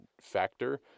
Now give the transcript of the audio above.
factor